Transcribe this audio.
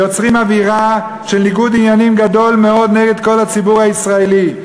יוצרים אווירה של ניגוד עניינים גדול מאוד עם כל הציבור הישראלי.